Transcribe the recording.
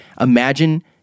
imagine